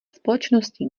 společnosti